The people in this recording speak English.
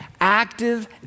active